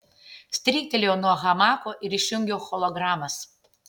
stryktelėjau nuo hamako ir išjungiau hologramas